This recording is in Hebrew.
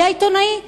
היה עיתונאי בוועדה,